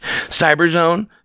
Cyberzone